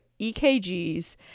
EKGs